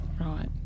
right